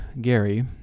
Gary